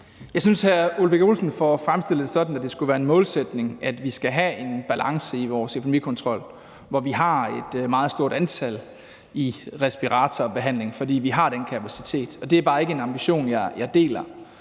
Jeg synes, at hr. Ole Birk Olesen får fremstillet det sådan, at det skulle være en målsætning, at vi skal have en balance i vores epidemikontrol, hvor vi har et meget stort antal i respiratorbehandling, fordi vi har den kapacitet, og det er bare ikke en ambition, jeg deler.